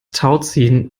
tauziehen